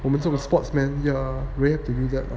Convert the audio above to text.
我们这种 sportsmen yeah rarely to do that